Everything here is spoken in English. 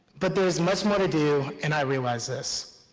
but there is much more to do, and i realize this.